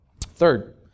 Third